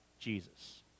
Jesus